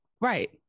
right